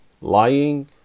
lying